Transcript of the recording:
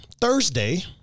thursday